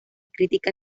crítica